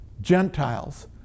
Gentiles